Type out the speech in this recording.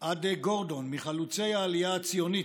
א"ד גורדון, מחלוצי העבודה והעלייה הציונית,